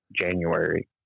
January